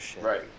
right